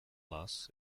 loss